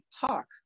talk